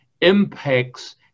impacts